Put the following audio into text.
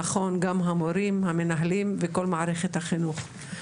נכון, גם המורים המנהלים וכל מערכת החינוך.